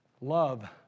love